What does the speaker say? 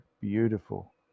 beautiful